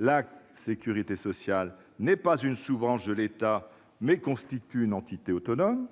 La sécurité sociale n'est pas une sous-branche de l'État : elle constitue une entité autonome.